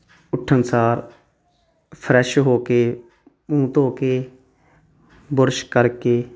ਉੱਠਣ ਸਾਰ ਫਰੈਸ਼ ਹੋ ਕੇ ਮੂੰਹ ਧੋ ਕੇ ਬੁਰਸ਼ ਕਰਕੇ